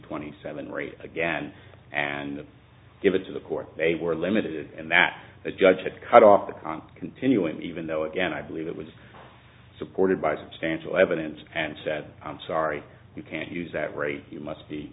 twenty seven rate again and give it to the court they were limited and that the judge had cut off the con continuing even though again i believe it was supported by substantial evidence and said i'm sorry you can't use that rate you must be